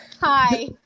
Hi